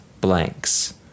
blanks